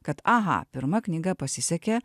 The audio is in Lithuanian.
kad aha pirma knyga pasisekė